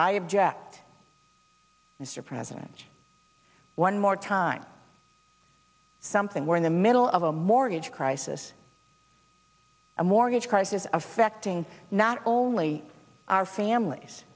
i object mr president one more time something we're in the middle of a mortgage crisis a mortgage crisis affecting not only our families